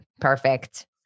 Perfect